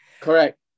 Correct